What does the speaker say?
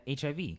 HIV